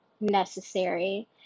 necessary